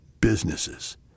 businesses